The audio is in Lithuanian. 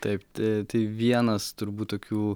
taip ta tai vienas turbūt tokių